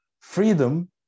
freedom